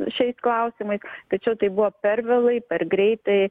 šiais klausimais tačiau tai buvo per vėlai per greitai